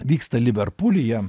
vyksta liverpulyje